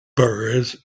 burrows